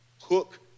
Hook